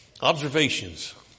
Observations